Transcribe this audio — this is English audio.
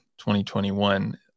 2021